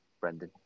brendan